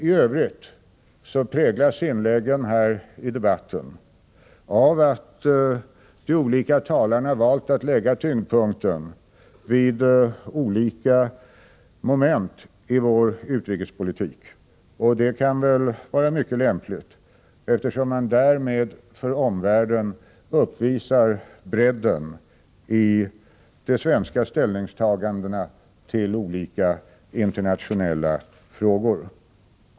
I övrigt präglas inläggen här i debatten av att de skilda talarna valt att lägga tyngdpunkten vid olika moment i vår utrikespolitik, och det kan väl vara mycket lämpligt, eftersom man därmed för omvärlden uppvisar bredden i de svenska ställningstagandena till olika internationella frågor.